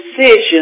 decision